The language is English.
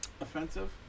offensive